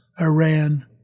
Iran